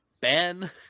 Ben